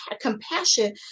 compassion